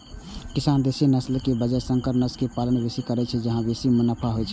किसान देसी नस्लक बजाय संकर नस्ल के पालन बेसी करै छै, जाहि सं बेसी मुनाफा होइ छै